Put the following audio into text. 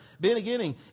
beginning